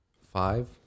Five